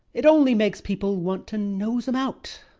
it only makes people want to nose em out,